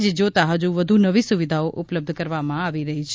જે જોતા હજુ વધુ નવી સુવિધાઓ ઉપલબ્ધ કરવામાં આવી રહી છે